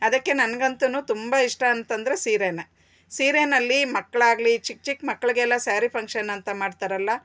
ಅದಕ್ಕೆ ನನಗಂತೂ ತುಂಬ ಇಷ್ಟ ಅಂತಂದರೆ ಸೀರೇನೇ ಸೀರೆಯಲ್ಲಿ ಮಕ್ಕಳಾಗ್ಲಿ ಚಿಕ್ಕ ಚಿಕ್ಮಕ್ಕಳಿಗೆಲ್ಲ ಸಾರಿ ಫಂಕ್ಷನ್ ಅಂತ ಮಾಡ್ತಾರಲ್ಲ